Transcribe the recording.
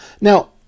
now